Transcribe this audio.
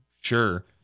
sure